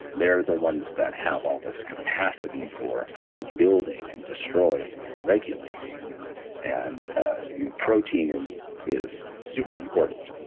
they're the ones that have all this capacity for for building and destroying, and regulating. and and you know protein and is super important.